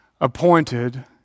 appointed